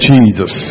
Jesus